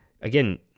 again